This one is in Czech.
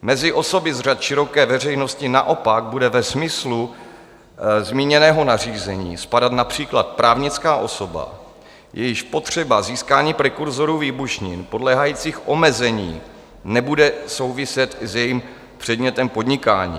Mezi osoby z řad široké veřejnosti naopak bude ve smyslu zmíněného nařízení spadat například právnická osoba, jejíž potřeba získání prekurzorů výbušnin podléhajících omezení nebude souviset s jejím předmětem podnikání.